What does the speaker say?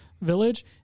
village